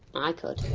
i could.